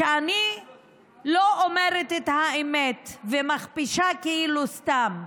שאני לא אומרת את האמת ומכפישה כאילו סתם,